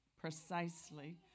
precisely